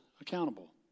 accountable